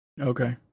Okay